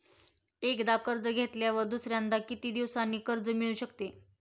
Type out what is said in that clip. एकदा कर्ज घेतल्यावर दुसऱ्यांदा किती दिवसांनी कर्ज मिळू शकते?